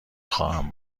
خواهم